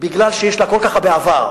מפני שיש לה כל כך הרבה עבר,